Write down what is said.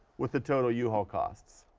with the total yeah uhaul costs.